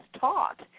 taught